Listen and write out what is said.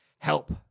Help